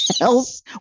else